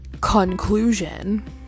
conclusion